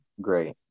great